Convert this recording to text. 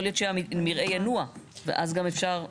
יכול להיות שהמרעה ינוע ויהיה אפשר גם